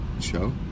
show